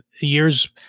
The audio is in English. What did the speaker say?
years